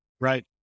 Right